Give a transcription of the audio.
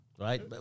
Right